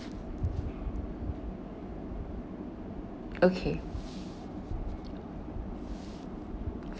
okay